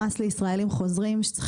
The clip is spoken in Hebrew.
זה לא מאוד פופולארי.